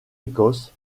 écosse